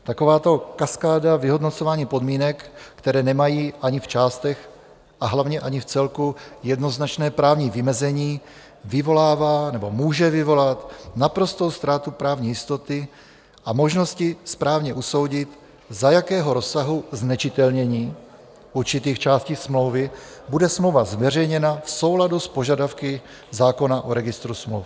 Takováto kaskáda vyhodnocování podmínek, které nemají ani v částech, a hlavně ani vcelku jednoznačné právní vymezení, vyvolává nebo může vyvolat naprostou ztrátu právní jistoty a možnosti správně usoudit, za jakého rozsahu znečitelnění určitých částí smlouvy bude smlouva zveřejněna v souladu s požadavky zákona o registru smluv.